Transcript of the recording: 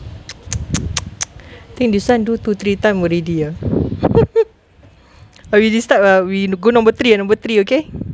think this [one] do two three time already ah already start ah we go number three number three okay